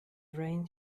rain